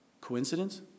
Coincidence